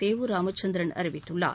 சேவூர் ராமச்சந்திரன் அறிவித்துள்ளார்